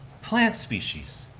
plant species.